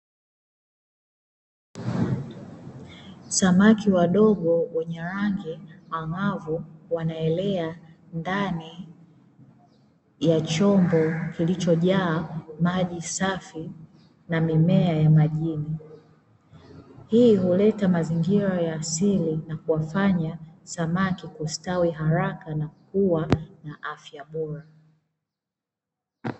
Samaki wadogo wenye rangi ang`avu wanaelea ndani ya chombo kilichojaa maji safi na mimea ya majini, hii huleta mazingira ya asili na kuwafanya samaki kustawi haraka na kuwa na afya bora.